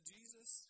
Jesus